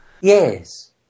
Yes